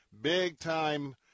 big-time